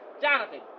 Jonathan